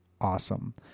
awesome